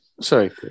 sorry